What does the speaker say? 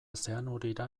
zeanurira